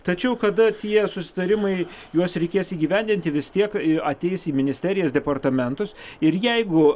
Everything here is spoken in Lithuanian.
tačiau kada tie susitarimai juos reikės įgyvendinti vis tiek ateis į ministerijas departamentus ir jeigu